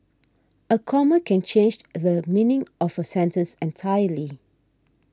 a comma can change the meaning of a sentence entirely